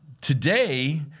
Today